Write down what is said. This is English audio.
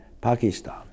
Pakistan